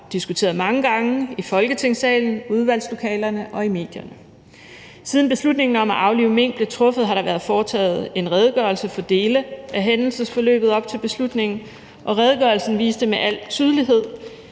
diskuteret mange gange i Folketingssalen, i udvalgslokalerne og i medierne. Siden beslutningen om at aflive mink blev truffet, har der været lavet en redegørelse for dele af hændelsesforløbet op til beslutningen, og redegørelsen viste med al tydelighed,